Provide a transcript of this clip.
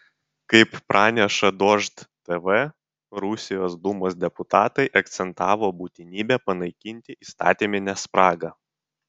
kaip praneša dožd tv rusijos dūmos deputatai akcentavo būtinybę panaikinti įstatyminę spragą